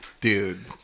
Dude